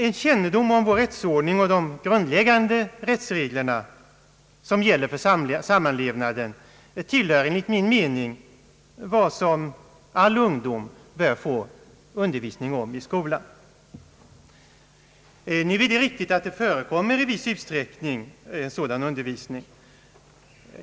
En kännedom om vår rättsordning och de grundläggande rättsregler som gäller för samlevnaden tillhör enligt min mening det som all ungdom bör få i skolan. Nu är det riktigt att sådan undervisning förekommer i viss utsträckning.